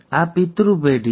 આ પિતૃ પેઢી છે